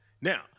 Now